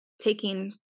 taking